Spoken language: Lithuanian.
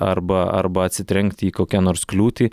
arba arba atsitrenkti į kokią nors kliūtį